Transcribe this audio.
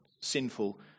sinful